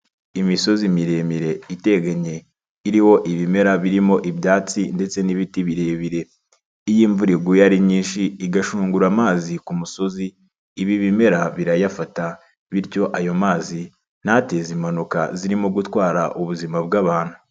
Imisozi miremire iteganye iriho ibimera birimo ibyatsi ndetse n'ibiti birebire, iyo imvura iguye ari nyinshi igashungura amazi ku musozi, ibi bimera birayafata bityo ayo mazi ntateze impanuka zirimo gutwara ubuzima bw'abantu.